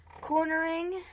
Cornering